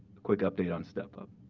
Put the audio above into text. a quick update on step up.